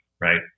right